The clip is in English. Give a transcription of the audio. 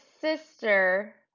sister